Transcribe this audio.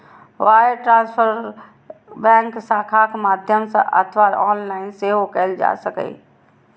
wire transfer bank शाखाक माध्यम सं अथवा ऑनलाइन सेहो कैल जा सकैए